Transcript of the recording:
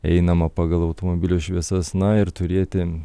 einama pagal automobilio šviesas na ir turėti